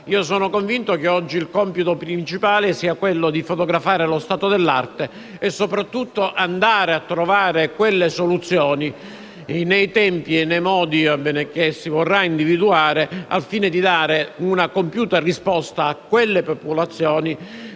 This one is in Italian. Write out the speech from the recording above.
Sono convinto che oggi il compito principale sia quello di fotografare lo stato dell'arte e soprattutto trovare soluzioni, nei tempi e nei modi che si vorrà individuare, per dare una risposta compiuta a quelle popolazioni,